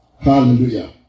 Hallelujah